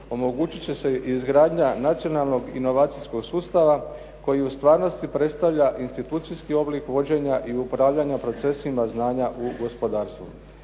omogućit će se i izgradnja nacionalnog inovacijskog sustava koji u stvarnosti predstavlja institucijski oblik vođenja i upravljanja procesima znanja u gospodarstvu.